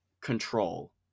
control